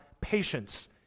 patience